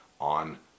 on